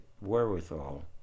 wherewithal